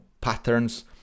patterns